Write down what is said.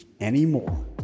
anymore